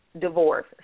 divorce